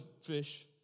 fish